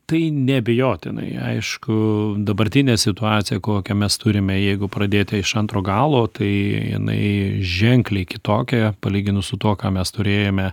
tai neabejotinai aišku dabartinė situacija kokią mes turime jeigu pradėti iš antro galo tai jinai ženkliai kitokia palyginus su tuo ką mes turėjome